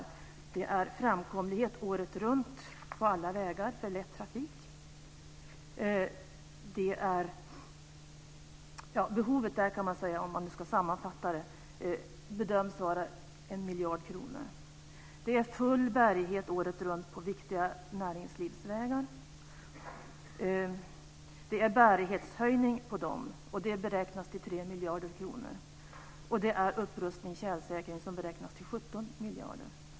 De är till att börja med framkomlighet året runt på alla vägar för lätt trafik. Behovet där, kan man säga om man nu ska sammanfatta det, bedöms vara 1 miljard kronor. Det är full bärighet året runt på viktiga näringslivsvägar. Det är bärighetshöjning på dem, och den beräknas till 3 miljarder kronor. Det är upprustning och tjälsäkring som beräknas till 17 miljarder kronor.